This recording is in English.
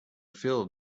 filled